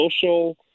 social